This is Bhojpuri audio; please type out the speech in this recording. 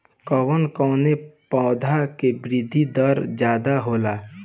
कवन कवने पौधा में वृद्धि दर ज्यादा होला?